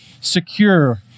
secure